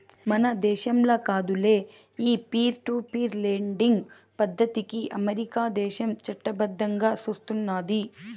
మన దేశంల కాదులే, ఈ పీర్ టు పీర్ లెండింగ్ పద్దతికి అమెరికా దేశం చట్టబద్దంగా సూస్తున్నాది